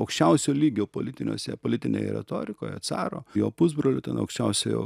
aukščiausio lygio politiniuose politinėje retorikoje caro jo pusbrolių ten aukščiausiojo